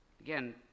again